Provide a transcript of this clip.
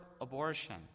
abortion